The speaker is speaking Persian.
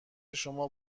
شما